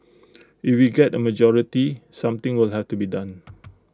if we get A majority something will have to be done